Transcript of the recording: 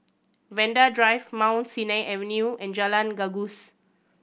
Vanda Drive Mount Sinai Avenue and Jalan Gajus